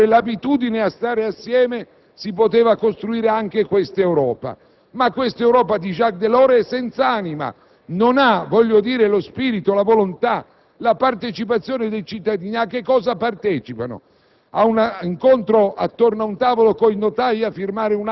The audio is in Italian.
Ci insegnò che attraverso i regolamenti, le procedure, l'abitudine a stare insieme si poteva costruire anche questa Europa. Ma l'Europa di Jacques Delors è senz'anima. Non ha, voglio dire, lo spirito, la volontà, la partecipazione dei cittadini. A cosa partecipano?